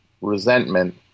resentment